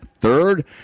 third